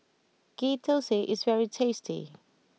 Ghee Thosai is very tasty